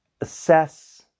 Assess